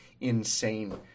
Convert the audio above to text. insane